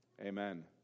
amen